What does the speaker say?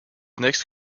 next